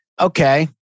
okay